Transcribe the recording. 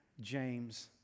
James